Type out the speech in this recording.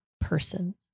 person